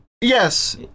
Yes